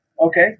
Okay